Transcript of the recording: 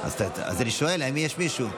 אני שואל אם יש מישהו.